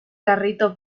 carrito